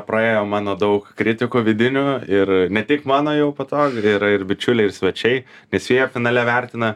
praėjo mano daug kritikų vidinių ir ne tik mano jau po to yra ir bičiuliai ir svečiai nes jie finale vertina